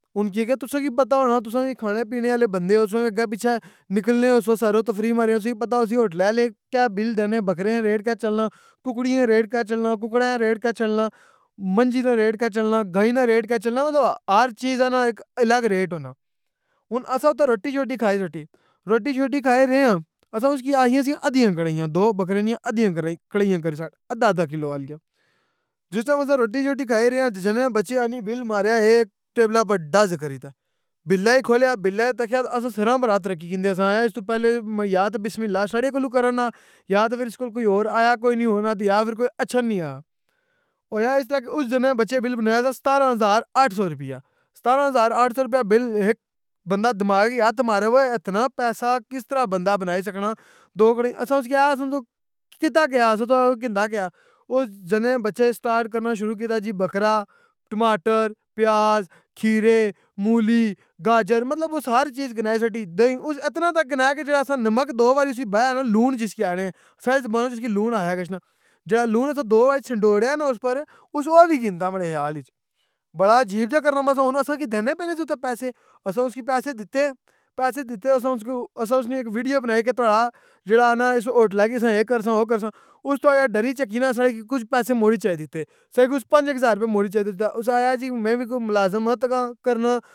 ہن حقیقت تُساں کی پتہ ہونا تُساں وی کھانے پینے آلے بندے او، تُساں وی اگّے پیچھے نکلنے ہوسو سیر و تفریح پتہ ہوسی ہوٹلا آلیاں کی کہ بل دینے بکریاں نا ریٹ کہ چلنا، ککڑیاں نہ ریٹ کہ چلنا، ککڑاں نہ ریٹ کہ چلنا، منجی نہ ریٹ کہ چلنا، گائ نہ ریٹ کہ چلنا مطلب ہر چیز نہ اک الگ ریٹ ہونا۔ ہن اساں اُدر روٹی شوٹی کھائی سٹھی۔ روٹی شوٹی کھائی رے آں، اساں اُسکی آخیاں سیاں ادیاں کڑاہیاں دو بکرے نیاں ادیاں کڑاہیاں کرنا چڑ ادا ادا کلو آلیاں۔ جِس ٹیم اساں روٹی شوتی کھائی رے آں بچے آنی بل ماریا اے ٹیبلا پرڈز کری تہ۔ بلا کی کھولیا بلا کی تکیا اساں سراں اپر ہاتھ رکھی کندے اساں اے اِس توں پہلے یا تہ بسملہ ساڈے کولوں کرن آ، یا تہ فر اِس کول کوئی ہور آیا کوئی نئ ہونا تہ یہ فر کوئی اچھن نئ آیا۔ ہویا اس طرح کہ اُس جنے بچّے بل بنایا سہ ستارہ ہزار آٹھ سو روپیہ، ستارہ ہزار آٹھ سو روپیہ بل ایک بندہ دماغ کی ہاتھ مارو ووئے اِتنا پیسہ کس طرح بندہ بنائی سکنا، دو گنی اساں اُسکی آخیا سان توں کتّا کے آ تہ اساں تو گھندا کیا، اُس جنے بچّے سٹارٹ کرنا شروع کیتا جی بکرا، ٹماٹر، پیاز، کھیرے، مولی، گاجر مطلب اُس ہر چیز گنائی سٹی دہی اُس اِتنا تک گنایا کہ جیڑا اساں نمک دو واری اُس اچ بایا نہ لون جسکی آخنے، ساڈی زباناں اچ اِسکی لون آخیا گشنہ، جیڑا لون اسیاں دو واری چھنڈوریا نہ اُس پر اُس او وی گِنتا ماڑے خیال اچ۔ بڑا عجیب جیا کرنا پیا سہ ہن اساں کی دینے پیس اتھاں پیسے، اساں اُسکی پیسے دیتے، پیسے دیتے اساں اُسکی او اساں اُسنی ایک ویڈیو بنائی کہ تواڑا جیڑا نہ اس ہوٹلا کی اساں اے کرساں او کرساں۔ اُس توں اے ڈری جھکی نہ اساں کی کچھ پیسے مُڑی چائی دیتے۔ اساں کی اُس پانچ ایک ہزار روپے موڑی چائی دیتے، اُس سان آخیا جی میں وی کوئی ملازم آں تکاں کرناں۔